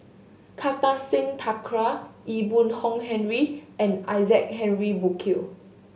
Kartar Singh Thakral Ee Boon Hong Henry and Isaac Henry Burkill